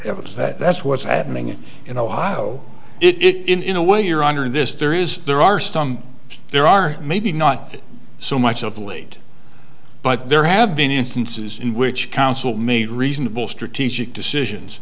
evidence that that's what's happening in ohio it in a way your honor this there is there are some there are maybe not so much of late but there have been instances in which council made reasonable strategic decisions